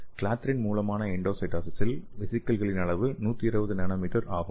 clathrin மூலமான எண்டோசைட்டோசிஸில் வெசிகிள்களின் அளவு 120 நானோமீட்டர் ஆகும்